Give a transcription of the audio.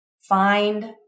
find